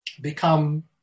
become